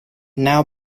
now